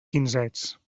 quinzets